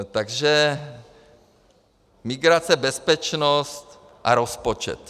Takže migrace, bezpečnost a rozpočet.